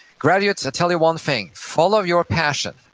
graduates, i'll tell you one thing. follow your passion,